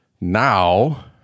now